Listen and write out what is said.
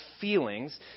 feelings